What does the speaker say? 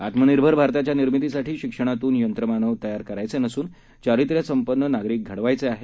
आत्मनिर्भर भारताच्या निर्मितीसाठी शिक्षणातून यंत्रमानव तयार करायचे नसून चारित्र्यसंपन्न नागरिक घडवायचे आहेत